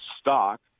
stock